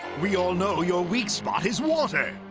we all know your weak spot is water,